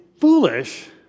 foolish